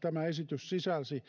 tämä esitys sisälsi